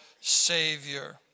Savior